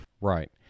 right